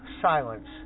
Silence